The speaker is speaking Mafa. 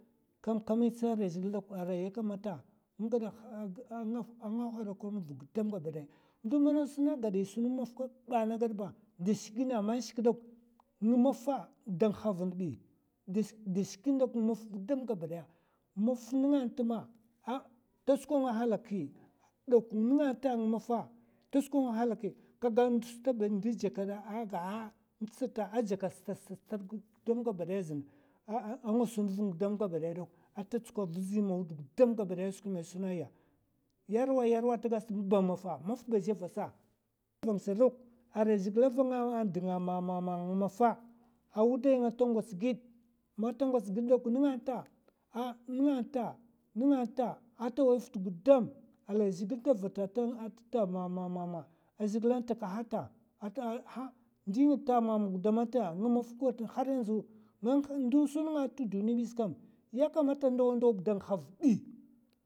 Kam kam, è tsan riya zhègil dok arai ya kamata ngada a nga hudakwai va gudam gaba daya. ndu mana sun gad è sun mu maf kaba ana gad ba, dè shik gina ma shik dok, ngmafa da ngha vun bi, da shik gin dok ngmaf gudam gabadaya maf nènga ntma. A stukwa'nga halaki dok nga'nt ta ng'mafa ta tsukwa nga a halaki kagan ndu stad ba jèkèda aga a ntsat a jaka stad stad gudam gabadaya a nga sun vun gudam gabadaya dok ata tskwa vzi mawd gudam gabadaya skwi man è suna ya. yarwa yarwa ta gad sba nba mafa, maf ba zhè vasa sdok arai maf zhè vasa arai zhègila vanga a dnga mamama ngmafa a wudai nga ta ngwats gid. man ta ngwats gid dok nènga nt'ta a nènga nt'ta ata wai vat gudam arai zhèhil da vata an dta mamama a zhègilan takahata ata ha ndi gid ta mam gudam nta haryan zu ndun sun'ng t'duniya bis kam ya kamata ndawa ndawa da ng'ha vi bi.